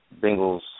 Bengals